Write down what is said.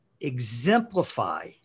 exemplify